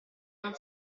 non